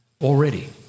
already